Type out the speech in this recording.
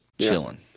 chilling